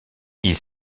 ils